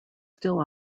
still